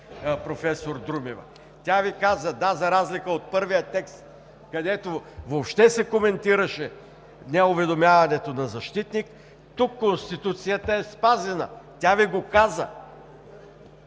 професор Друмева. Тя Ви каза да, за разлика от първия текст, където въобще се коментираше неуведомяването на защитник, тук Конституцията е спазена. Тя Ви го каза,